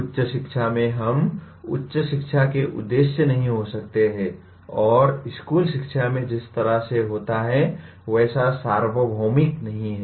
उच्च शिक्षा में हम उच्च शिक्षा के उद्देश्य नहीं हो सकते हैं और स्कूल शिक्षा में जिस तरह से होता है वैसा सार्वभौमिक नहीं है